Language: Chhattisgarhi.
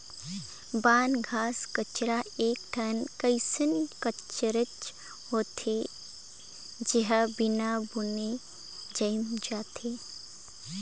बन, घास कचरा एक ठन कइसन कचरेच होथे, जेहर बिना बुने जायम जाथे